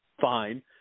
fine